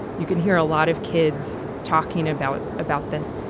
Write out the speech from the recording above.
you can hear a lot of kids talking about about this.